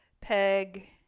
Peg